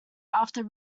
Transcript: after